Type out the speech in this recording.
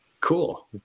Cool